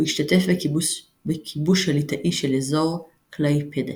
הוא השתתף בכיבוש הליטאי של אזור קלייפדה.